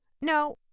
No